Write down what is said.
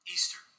Easter